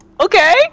Okay